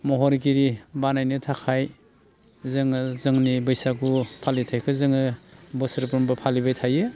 महरगिरि बानायनो थाखाय जोङो जोंनि बैसागु फालिथायखो जोङो बोसोरफ्रोमबो फालिबाय थायो